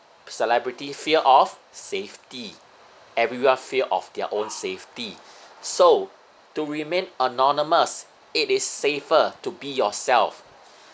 celebrity fear of safety everywhere fear of their own safety so to remain anonymous it is safer to be yourself